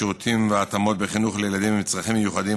שירותים והתאמות בחינוך לילדים עם צרכים מיוחדים,